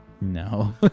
No